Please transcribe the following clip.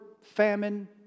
famine